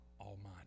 Almighty